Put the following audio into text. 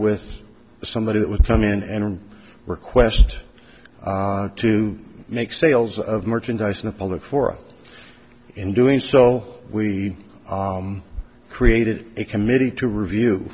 with somebody that would come in and request to make sales of merchandise in a public forum in doing so we created a committee to review